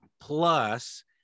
plus